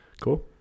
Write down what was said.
Cool